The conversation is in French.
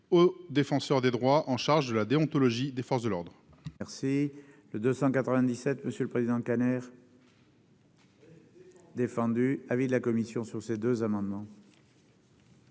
la Défenseure des droits, en charge de la déontologie des forces de l'ordre.